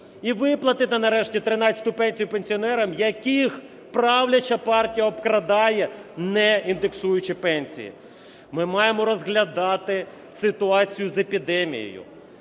і виплатити нарешті тринадцяту пенсію пенсіонерам, яких правляча партія обкрадає, не індексуючи пенсії. Ми маємо розглядати ситуацію з епідемією,